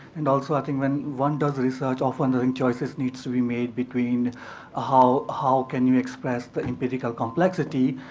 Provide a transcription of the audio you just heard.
and also, i think, when one does research, often and choices need to be made between ah how how can you express the empirical complexity,